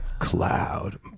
Cloud